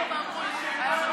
בבקשה.